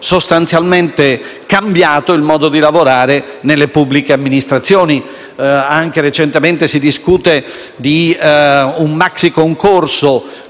sostanzialmente cambiato il modo di lavorare nelle pubbliche amministrazioni. Recentemente si discute di un maxiconcorso